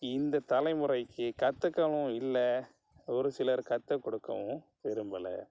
இந்த தலைமுறைக்கு கற்றுக்கவும் இல்லை ஒரு சிலர் கற்றுக் கொடுக்கவும் விரும்பல